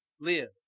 live